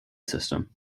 system